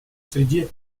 среде